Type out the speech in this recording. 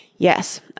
Yes